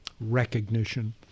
recognition